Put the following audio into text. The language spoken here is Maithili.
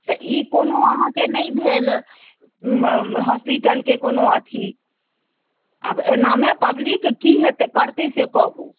तऽ ई कोनो अहाँके नहि भेल हॉस्पिटलके कोनो अथि आब एना मे पब्लिक की करत से कहु